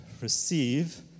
receive